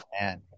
man